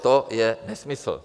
To je nesmysl.